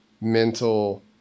mental